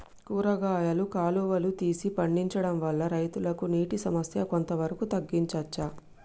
కూరగాయలు కాలువలు తీసి పండించడం వల్ల రైతులకు నీటి సమస్య కొంత వరకు తగ్గించచ్చా?